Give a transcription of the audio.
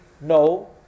no